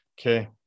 Okay